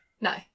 no